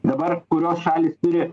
dabar kurios šalys turi